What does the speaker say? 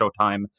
Showtime